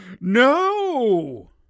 no